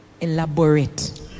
elaborate